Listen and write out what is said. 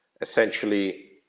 essentially